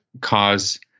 cause